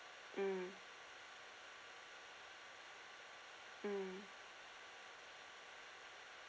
mm mm